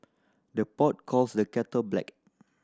the pot calls the kettle black